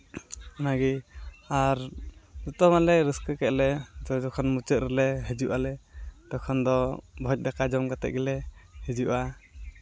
ᱚᱱᱟᱜᱮ ᱟᱨ ᱡᱚᱛᱚ ᱢᱟᱞᱮ ᱨᱟᱹᱥᱠᱟᱹ ᱠᱮᱫ ᱞᱮ ᱟᱫᱚ ᱡᱚᱠᱷᱚᱱ ᱢᱩᱪᱟᱹᱫ ᱨᱮᱞᱮ ᱦᱤᱡᱩᱜ ᱟᱞᱮ ᱛᱚᱠᱷᱚᱱ ᱫᱚ ᱵᱷᱚᱡᱽ ᱫᱟᱠᱟ ᱡᱚᱢ ᱠᱟᱛᱮᱫ ᱜᱮᱞᱮ ᱦᱤᱡᱩᱜᱼᱟ